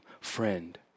friend